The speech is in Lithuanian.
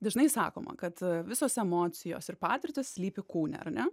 dažnai sakoma kad visos emocijos ir patirtys slypi kūne ar ne